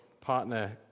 partner